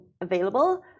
available